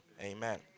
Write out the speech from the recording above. Amen